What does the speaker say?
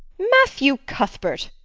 matthew cuthbert,